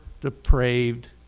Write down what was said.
depraved